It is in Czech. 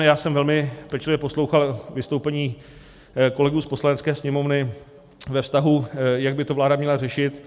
Já jsem velmi pečlivě poslouchal vystoupení kolegů z Poslanecké sněmovny ve vztahu, jak by to vláda měla řešit.